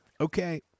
Okay